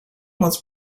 was